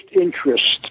interest